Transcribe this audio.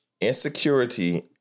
Insecurity